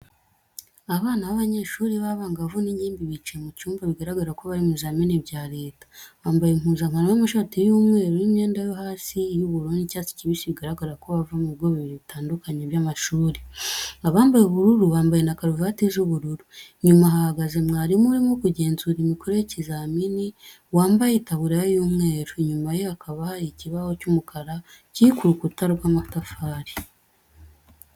Abana b'abanyeshuri b'abangavu n'ingimbi bicaye mu cyumba bigaragara ko bari mu bizamini bya leta. Bambaye impuzankano y'amashati y'umweru n'imyenda yo hasi y'ubururu n'icyatsi kibisi bigaragara ko bava mu bigo bibiri bitandukanye by'amashuri. Abambaye ubururu bambaye na karuvati z'ubururu. Inyuma hahagaze mwarimu urimo kugenzura imikorere y'ikizamini wambaye itaburiya y'umweru, inyuma ye hakaba hari ikibaho cy'umukara kiri ku rukuta rw'amatafari.